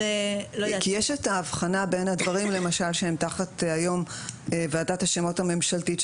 כי יש את ההבחנה בין הדברים למשל שהם היום תחת ועדת השמות הממשלתית,